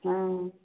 हँ